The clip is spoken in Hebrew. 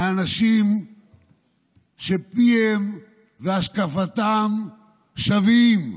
מהאנשים שפיהם והשקפתם שווים.